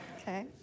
Okay